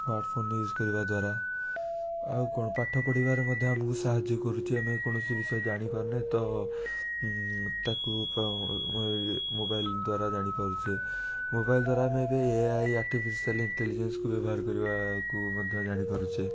smartphone use କରିବା ଦ୍ୱାରା ଆଉ କ'ଣ ପାଠ ପଢ଼ିବାରେ ମଧ୍ୟ ଆମକୁ ସାହାଯ୍ୟ କରୁଛି ଆମେ କୌଣସି ବିଷୟ ଜାଣିପାରୁନେ ତ ତାକୁ ଏଇ ମୋବାଇଲ୍ ଦ୍ୱାରା ଜାଣିପାରୁଛେ ମୋବାଇଲ୍ ଦ୍ୱାରା ଆମେ ଏବେ ଏ ଆଇ ଆର୍ଟିଫିସିଆଲ୍ ଇଣ୍ଟେଲିଜେନ୍ସକୁ ବ୍ୟବହାର କରିବାକୁ ମଧ୍ୟ ଜାଣିପାରୁଛେ